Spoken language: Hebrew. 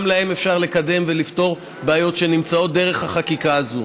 גם להם אפשר לקדם ולפתור בעיות שנמצאות דרך החקיקה הזאת.